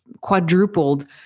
quadrupled